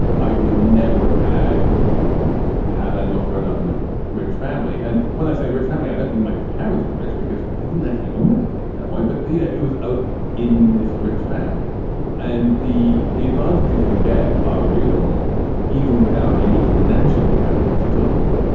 i would never have had had i not grown up in a rich family, and when i say rich family, i don't mean my parents were rich because they didn't actually own anything at that point. but, you know, it was i was in this rich family and the the advantage advantages you get ah real even without any financial inheritance at all,